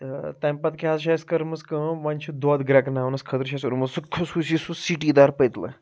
تہٕ تَمہِ پَتہٕ کیٛاہ حظ چھِ اسہِ کٔرمٕژ کٲم وۄنۍ چھِ دۄدھ گرٛیٚکناونَس خٲطرٕ چھُ اسہِ اوٚنمُت سُہ خصوٗصی سُہ سِٹی دار پٔتلہٕ